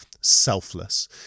selfless